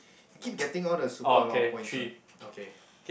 I keep getting all the super a lot of points one okay